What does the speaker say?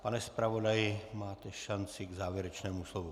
Pane zpravodaji, máte šanci k závěrečnému slovu.